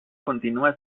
continúa